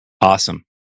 Awesome